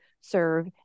serve